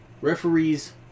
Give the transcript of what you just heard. referees